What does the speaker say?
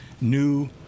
new